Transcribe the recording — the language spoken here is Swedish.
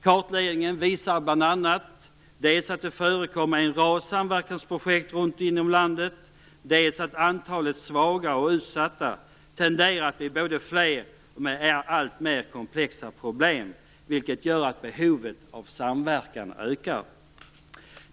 Kartläggningen visar bl.a. dels att det förekommer en rad samverkansprojekt runt om i landet, dels att antalet svaga och utsatta tenderar att både bli fler och ha alltmer komplexa problem, vilket gör att behovet av samverkan ökar.